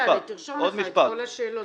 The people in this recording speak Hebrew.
עוד משפט.